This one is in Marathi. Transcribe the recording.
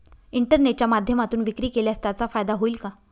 इंटरनेटच्या माध्यमातून विक्री केल्यास त्याचा फायदा होईल का?